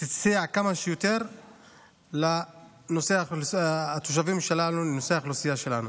ותסייע כמה שיותר לנושא התושבים שלנו,